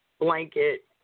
blanket